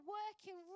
working